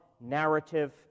narrative